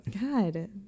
God